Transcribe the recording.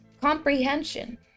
comprehension